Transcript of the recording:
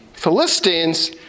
Philistines